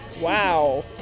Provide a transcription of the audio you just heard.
Wow